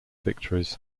victories